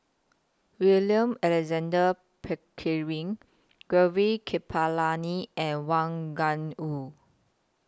William Alexander Pickering Gaurav Kripalani and Wang Gungwu